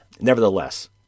Nevertheless